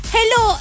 Hello